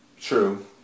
True